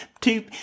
two